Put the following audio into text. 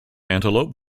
antelope